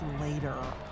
later